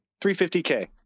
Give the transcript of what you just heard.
350k